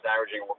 averaging